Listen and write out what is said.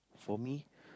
for me